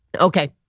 Okay